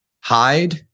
hide